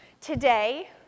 Today